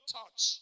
touch